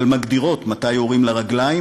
אבל מגדירות מתי יורים לרגליים,